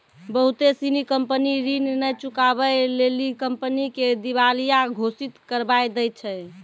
बहुते सिनी कंपनी ऋण नै चुकाबै लेली कंपनी के दिबालिया घोषित करबाय दै छै